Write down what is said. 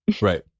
Right